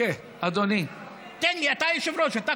אוקיי, אדוני, תן לי, אתה היושב-ראש, אתה קובע.